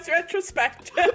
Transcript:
retrospective